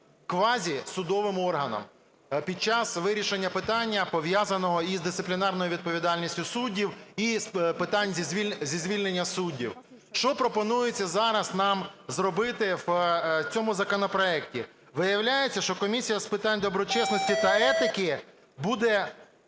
квазісудовим органом, під час вирішення питання, пов'язаного із дисциплінарною відповідальністю суддів і питань зі звільнення суддів. Що пропонується зараз нам зробити в цьому законопроекті? Виявляється, що Комісія з питань доброчесності та етики буде